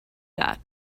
that